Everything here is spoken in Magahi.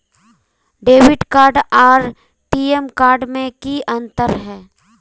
डेबिट कार्ड आर टी.एम कार्ड में की अंतर है?